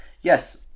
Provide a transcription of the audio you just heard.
Yes